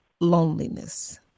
loneliness